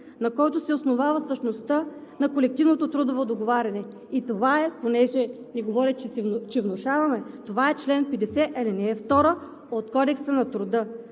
на който се основава същността на колективното трудово договаряне. И понеже ни говорят, че внушаваме, това е чл. 50, ал. 2 от Кодекса на труда.